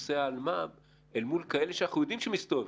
בנושא האלמ"ב אל מול כאלה שאנחנו יודעים שהם מסתובבים.